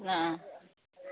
ꯑꯥ